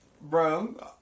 bro